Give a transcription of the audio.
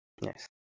Yes